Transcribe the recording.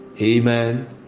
Amen